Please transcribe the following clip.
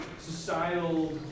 societal